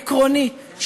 עקרונית,